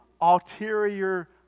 ulterior